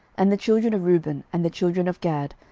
and the children of reuben, and the children of gad,